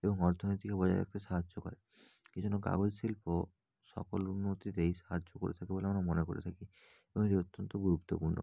এবং অর্থনীতিকে বজায় রাখতে সাহায্য করে এই জন্য কাগজ শিল্প সকল উন্নতিতেই সাহায্য করে থাকে বলে আমরা মনে করি থাকি এবং এটি অত্যন্ত গুরুত্বপূর্ণ